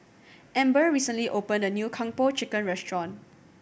Amber recently opened a new Kung Po Chicken restaurant